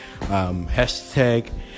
hashtag